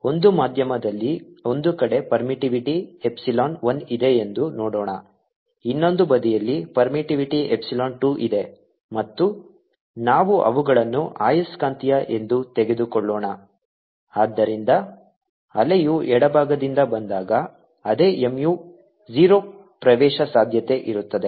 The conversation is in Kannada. ಒಂದು ಮಾಧ್ಯಮದಲ್ಲಿ ಒಂದು ಕಡೆ ಪರ್ಮಿಟಿವಿಟಿ ಎಪ್ಸಿಲಾನ್ 1 ಇದೆ ಎಂದು ನೋಡೋಣ ಇನ್ನೊಂದು ಬದಿಯಲ್ಲಿ ಪರ್ಮಿಟಿವಿಟಿ ಎಪ್ಸಿಲಾನ್ 2 ಇದೆ ಮತ್ತು ನಾವು ಅವುಗಳನ್ನು ಅಯಸ್ಕಾಂತೀಯ ಎಂದು ತೆಗೆದುಕೊಳ್ಳೋಣ ಆದ್ದರಿಂದ ಅಲೆಯು ಎಡಭಾಗದಿಂದ ಬಂದಾಗ ಅದೇ mu 0 ಪ್ರವೇಶಸಾಧ್ಯತೆ ಇರುತ್ತದೆ